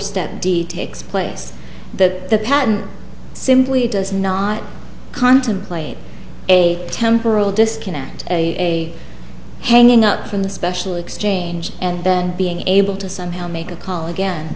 step d takes place that the patent simply does not contemplate a temporal disconnect a hanging up from the special exchange and then being able to somehow make a call again